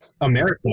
America